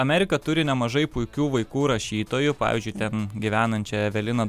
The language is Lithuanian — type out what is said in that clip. amerika turi nemažai puikių vaikų rašytojų pavyzdžiui ten gyvenančią eveliną